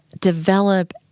develop